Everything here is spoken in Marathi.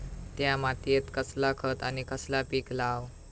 त्या मात्येत कसला खत आणि कसला पीक लाव?